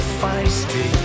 feisty